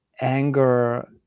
anger